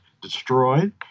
destroyed